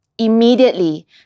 Immediately